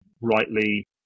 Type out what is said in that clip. rightly